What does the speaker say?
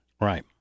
Right